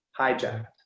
hijacked